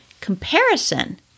Comparison